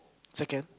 second